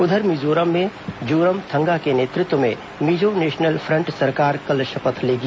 उधर मिजोरम में जोरम थंगा के नेतृत्व में मिजो नेशनल फ्रंट सरकार कल शपथ लेगी